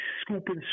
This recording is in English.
scooping